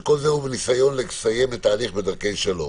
כל זה הוא ניסיון לסיים את ההליך בדרכי שלום.